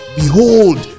behold